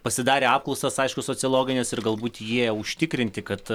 pasidarė apklausas aišku sociologines ir galbūt jie užtikrinti kad